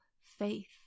faith